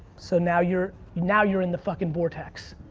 so now you're now you're in the fucking vortex.